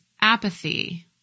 apathy